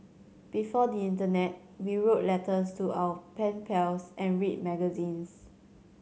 before the internet we wrote letters to our pen pals and read magazines